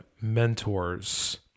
Mentors